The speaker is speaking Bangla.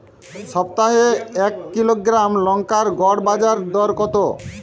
সপ্তাহে এক কিলোগ্রাম লঙ্কার গড় বাজার দর কতো?